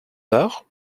tard